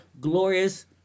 glorious